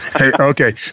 okay